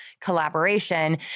collaboration